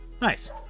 Nice